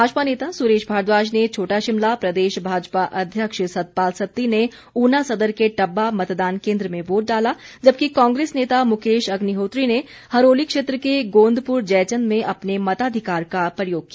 भाजपा नेता सुरेश भारद्वाज ने छोटा शिमला प्रदेश भाजपा अध्यक्ष सतपाल सत्ती ने उना सदर के टब्बा मतदान केंद्र में वोट डाला जबकि कांग्रेस नेता मुकेश अग्निहोत्री ने हरोली क्षेत्र के गोंदपुर जयचंद में अपने मताधिकार का प्रयोग किया